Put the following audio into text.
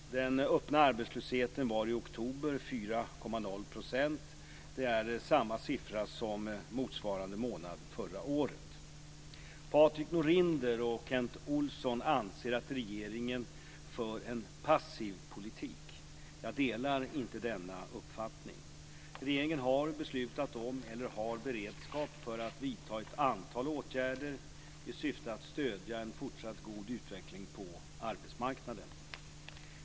Den öppna arbetslösheten var i oktober 4,0 %. Det är samma siffra som motsvarande månad förra året. Patrik Norinder och Kent Olsson anser att regeringen för en passiv politik. Jag delar inte denna uppfattning. Regeringen har beslutat om eller har beredskap för att vidta ett antal åtgärder i syfte att stödja en fortsatt god utveckling på arbetsmarknaden.